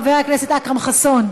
חבר הכנסת אכרם חסון,